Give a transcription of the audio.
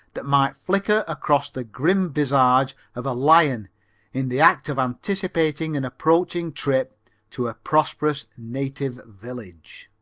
that might flicker across the grim visage of a lion in the act of anticipating an approaching trip to a prosperous native village.